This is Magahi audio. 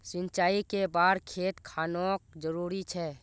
सिंचाई कै बार खेत खानोक जरुरी छै?